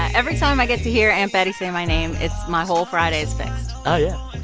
every time i get to hear aunt betty say my name, it's my whole friday's fixed oh, yeah.